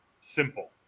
simple